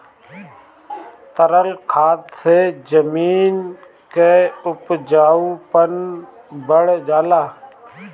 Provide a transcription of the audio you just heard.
तरल खाद से जमीन क उपजाऊपन बढ़ जाला